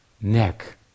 neck